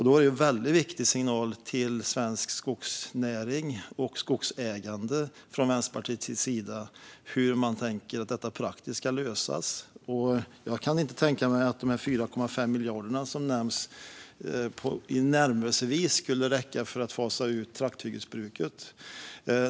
Då är det en väldigt viktig signal från Vänsterpartiets sida till svensk skogsnäring och till skogsägarna. Hur tänker man att detta praktiskt ska lösas? Jag kan inte tänka mig att de 4,5 miljarder som nämns tillnärmelsevis skulle räcka för att fasa ut trakthyggesbruket.